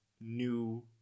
new